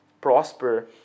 prosper